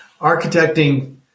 architecting